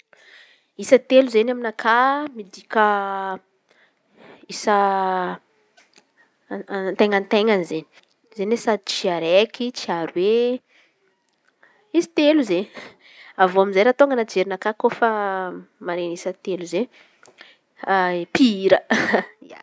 Isa telo izen̈y aminakà midika isa a- anten̈anten̈any izen̈y sady tsy araiky tsy aroy izy telo zay. Avy eo amizay koa raha tônga anaty jerinakà kofa mare isa telo zay mpihira.